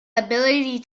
ability